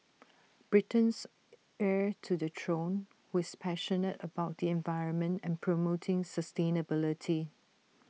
Britain's heir to the throne who is passionate about the environment and promoting sustainability